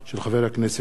תודה רבה, אדוני.